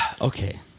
okay